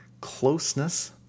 closeness